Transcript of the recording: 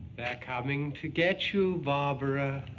they're coming to get you, barbara.